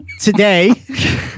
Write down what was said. today